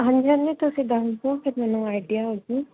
ਹਾਂਜੀ ਹਾਂਜੀ ਤੁਸੀਂ ਦੱਸ ਦਿਓ ਫਿਰ ਮੈਨੂੰ ਆਈਡੀਆ ਹੋਜੂ